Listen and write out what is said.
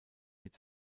mit